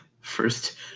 first